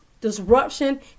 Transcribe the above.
disruption